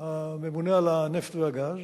הממונה על הנפט והגז,